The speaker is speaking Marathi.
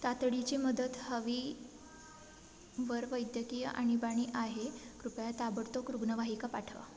तातडीची मदत हवी वर वैद्यकीय आणीबाणी आहे कृपया ताबडतोब रुग्णवाहिका पाठवा